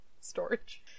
storage